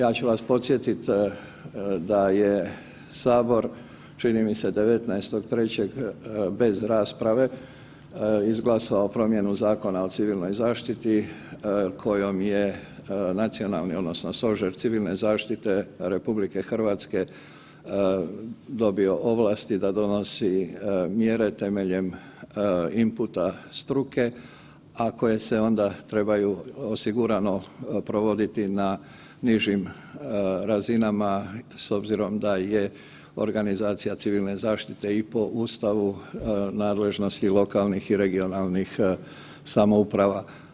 Ja ću vas podsjetiti da je sabor čini mi se 19.3. bez rasprave izglasao promjenu Zakona o civilnoj zaštiti kojom je nacionalni odnosno Stožer Civilne zaštite RH dobio ovlasti da donosi mjere temeljem inputa struke, a koje se onda trebaju osigurano provoditi na nižim razinama s obzirom da je organizacija civilne zaštite i po Ustavu u nadležnost lokalnih i regionalnih samouprava.